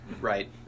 Right